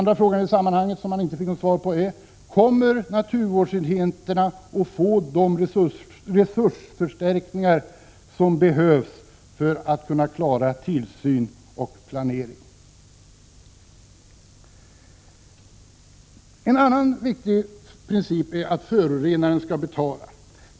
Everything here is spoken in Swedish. Den andra frågan som han inte fick något svar på lyder: Kommer naturvårdsenheterna att få de resursförstärkningar som behövs för att klara tillsyn och planering? En annan viktig princip är att förorenaren skall betala.